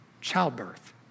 Childbirth